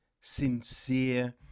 sincere